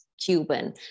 Cuban